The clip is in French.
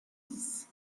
dix